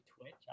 twitch